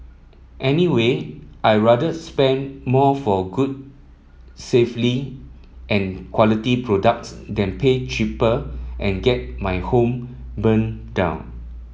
anyway I'd rather spend more for good safely and quality products than pay cheaper and get my home burnt down